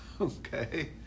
Okay